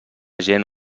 gent